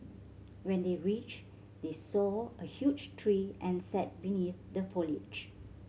when they reached they saw a huge tree and sat beneath the foliage